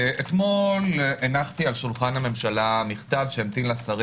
אתמול הנחתי על שולחן הממשלה מכתב שהמתין לשרים